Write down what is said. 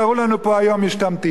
תודה רבה, חבר הכנסת אייכלר.